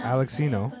Alexino